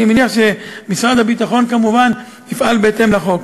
אני מניח שמשרד הביטחון כמובן יפעל בהתאם לחוק.